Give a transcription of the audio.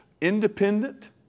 Independent